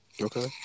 Okay